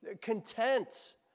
content